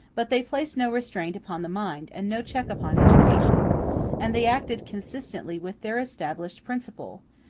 but they placed no restraint upon the mind and no check upon education and they acted consistently with their established principle,